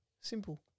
Simple